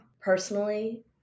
Personally